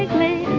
me